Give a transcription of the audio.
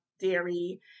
dairy